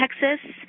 Texas